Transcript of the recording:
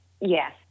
Yes